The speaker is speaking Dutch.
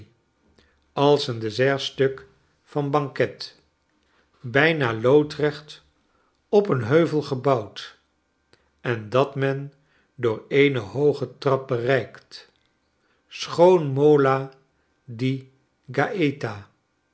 als een dessertstuk van banket bijna loodrecht op een heuvel gebouwd en dat men door eene hooge trap bereikt schoon mola di